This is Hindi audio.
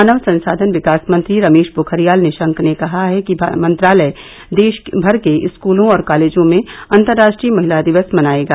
मानव संसाधन विकास मंत्री रमेश पोखरियाल निशंक ने कहा है कि मंत्रालय देशगर के स्क्तों और कॉलेजों में अंतरराष्ट्रीय महिला दिवस मनाएगा